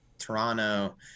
toronto